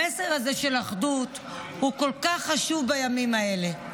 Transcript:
המסר הזה לאחדות הוא כל כך חשוב בימים האלה.